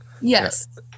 yes